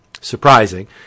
surprising